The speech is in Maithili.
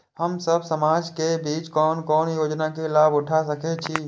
हम सब समाज के बीच कोन कोन योजना के लाभ उठा सके छी?